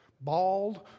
bald